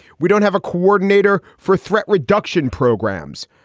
we don't have a coordinator for threat reduction programs.